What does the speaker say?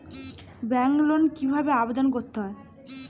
ব্যাংকে লোন কিভাবে আবেদন করতে হয়?